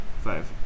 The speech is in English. five